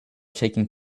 taking